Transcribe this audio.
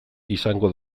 izango